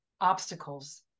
obstacles